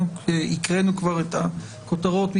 את הכותרות הקראנו.